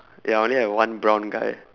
ya I only have one brown guy